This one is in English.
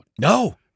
No